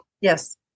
Yes